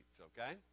Okay